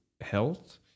health